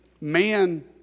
man